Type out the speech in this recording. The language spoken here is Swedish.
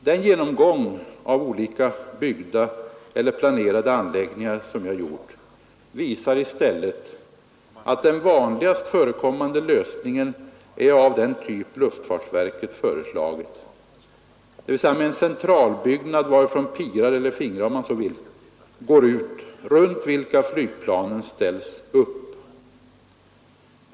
Den genomgång av olika byggda eller planerade anläggningar som jag gjort visar i stället att den vanligast förekommande lösningen är av den typ luftfartsverket föreslagit, dvs. med en centralbyggnad varifrån pirar eller fingrar om man så vill går ut, runt vilka flygplanen ställs upp.